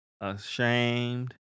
ashamed